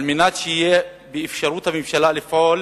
כדי שיהיה באפשרותה לפעול